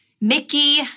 Mickey